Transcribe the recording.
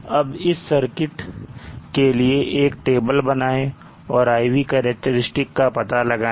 अब इस सर्किट के लिए एक टेबल बनाएं और IV कैरेक्टरिस्टिक का पता लगाएं